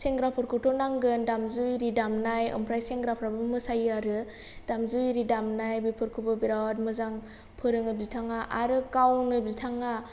सेंग्राफोरखौथ' नांगोन दामजु इरि दामनाय ओमफ्राय सेंग्राफ्राबो मोसायोआरो दामजु इरि दामनाय बेफोरखौबो बेराद मोजां फोरोङो बिथाङा आरो गावनो बिथाङा